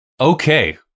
Okay